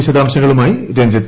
വിശദാംശങ്ങളുമായി രഞ്ജിത്